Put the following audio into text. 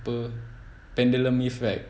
apa pendulum effect